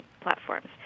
platforms